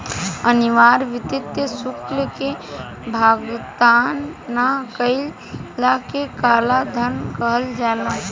अनिवार्य वित्तीय शुल्क के भुगतान ना कईला के कालाधान कहल जाला